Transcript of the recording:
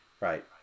Right